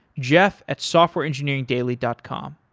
jeff at softwareengineeringdaily dot com.